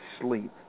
sleep